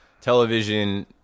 television